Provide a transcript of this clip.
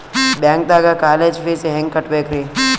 ಬ್ಯಾಂಕ್ದಾಗ college fees ಹೆಂಗ್ ಕಟ್ಟ್ಬೇಕ್ರಿ?